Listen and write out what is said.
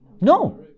No